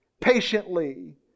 patiently